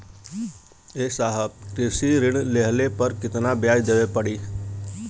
ए साहब कृषि ऋण लेहले पर कितना ब्याज देवे पणी?